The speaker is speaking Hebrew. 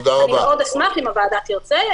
אני מאוד אשמח אם הוועדה תרצה,